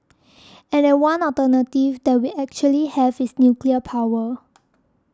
and that one alternative that we actually have is nuclear power